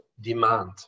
demand